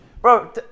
Bro